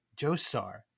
Joestar